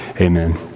Amen